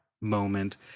moment